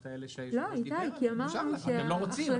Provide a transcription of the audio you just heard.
האלה ש- -- דיבר עליהם אבל אתם לא רוצים,